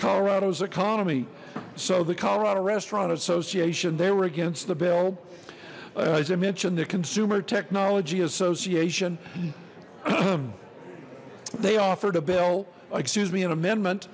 colorado's economy so the colorado restaurant association they were against the bill as i mentioned the consumer technology association they offered a bill excuse me an amendment